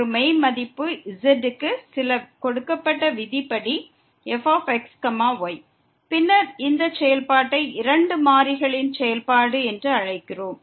ஒரு மெய் மதிப்பு z க்கு சில கொடுக்கப்பட்ட விதி படி fxyஇருக்கிறது பின்னர் இந்த செயல்பாட்டை இரண்டு மாறிகளின் செயல்பாடு என்று அழைக்கிறோம்